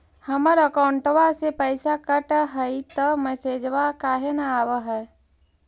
हमर अकौंटवा से पैसा कट हई त मैसेजवा काहे न आव है?